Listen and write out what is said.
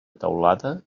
teulada